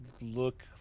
look